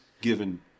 given